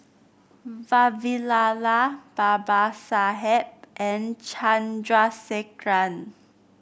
Vavilala Babasaheb and Chandrasekaran